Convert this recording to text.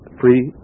free